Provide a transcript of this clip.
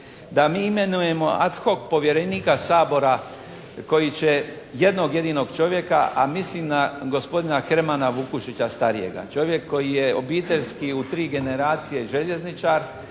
da mi imenujemo ad hoc povjerenika Sabora koji će jednog jedinog čovjeka, a mislim na gospodina Hermana Vukušića starijega. Čovjek koji je obiteljski u 3 generacije željezničar,